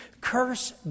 Curse